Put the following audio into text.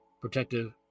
protective